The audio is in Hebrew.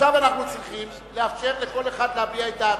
עכשיו אנחנו צריכים לאפשר לכל אחד להביע את דעתו,